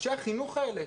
אנשי החינוך האלה,